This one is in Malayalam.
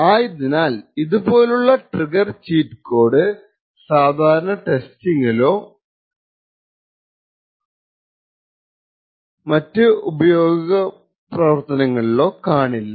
ആയതിനാൽ ഇത് പോലുള്ള ട്രിഗ്ഗർ ചീറ്റ് കോഡ് സാധാരണ ടെസ്റ്റിങ്ങിലോ ഉപയോഗിക്കുബോഴോ കാണില്ല